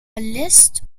list